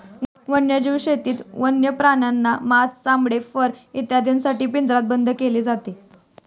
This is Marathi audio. वन्यजीव शेतीत वन्य प्राण्यांना मांस, चामडे, फर इत्यादींसाठी पिंजऱ्यात बंद केले जाते